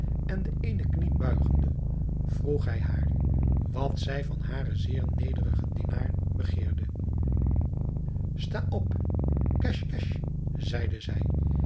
en de eene knie buigende vroeg hij haar wat zij van haren zeer nederigen dienaar begeerde sta op casch casch zeide zij